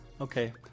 Okay